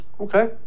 Okay